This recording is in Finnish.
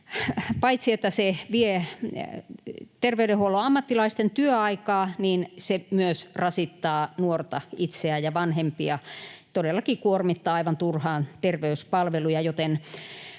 Paitsi että tällainen vie terveydenhuollon ammattilaisten työaikaa, se myös rasittaa nuorta itseään ja vanhempia. Se todellakin kuormittaa aivan turhaan terveyspalveluja.